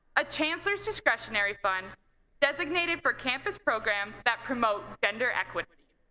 a chancellor's discretionary fund designated for campus programs that promote gender equity.